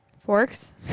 Forks